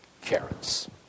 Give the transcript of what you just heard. carrots